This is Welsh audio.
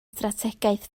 strategaeth